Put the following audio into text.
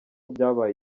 byabaye